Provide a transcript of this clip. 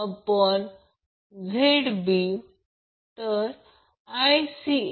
तर हा Vab आहे आणि हा अँगल 30° आहे